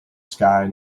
sky